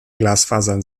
glasfasern